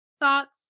thoughts